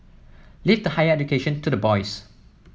leave the higher education to the boys